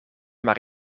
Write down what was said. maar